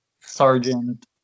Sergeant